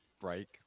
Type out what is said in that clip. break